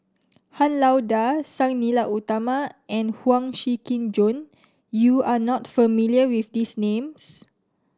Han Lao Da Sang Nila Utama and Huang Shiqi Joan you are not familiar with these names